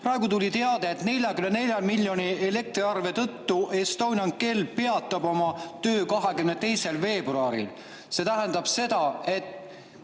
Praegu tuli teade, et 44 miljoni suuruse elektriarve tõttu Estonian Cell peatab oma töö 22. veebruaril. See tähendab seda, et